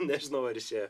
nežinau ar išėjo